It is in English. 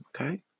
Okay